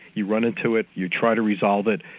you run into it, you try to resolve it,